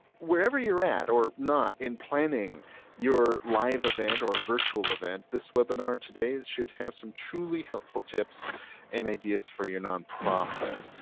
wherever you're at or not in planning your live event or virtual event this webinar today should have some truly helpful tips and ideas for your nonprofit.